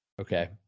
Okay